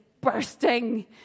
bursting